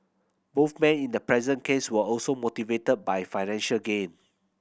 both man in the present case were also motivated by financial gain